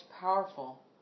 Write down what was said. powerful